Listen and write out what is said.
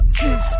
six